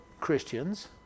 Christians